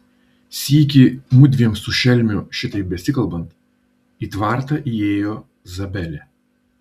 sykį mudviem su šelmiu šitaip besikalbant į tvartą įėjo zabelė